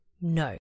No